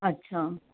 अच्छा